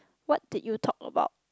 what did you talk about